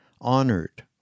honored